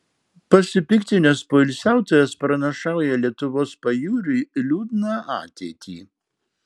pasipiktinęs poilsiautojas pranašauja lietuvos pajūriui liūdną ateitį